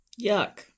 yuck